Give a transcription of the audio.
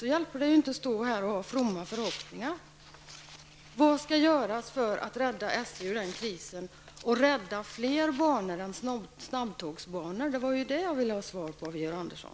Då hjälper det inte att stå här och ha fromma förhoppningar. Vad skall göras för att rädda SJ ur den ekonomiska krisen och rädda fler banor än snabbtågsbanorna? Det var det jag ville ha svar på av Georg Andersson.